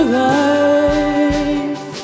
life